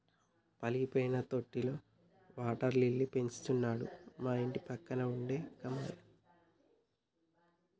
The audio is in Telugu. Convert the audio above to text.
పగిలిపోయిన తొట్టిలో వాటర్ లిల్లీ పెంచుతున్నాడు మా ఇంటిపక్కన ఉండే కమలయ్య